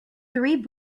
three